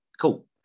cool